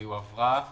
אבל תבוא חברת התעופה